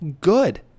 good